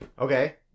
okay